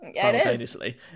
simultaneously